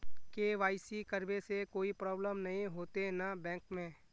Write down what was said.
KYC करबे से कोई प्रॉब्लम नय होते न बैंक में?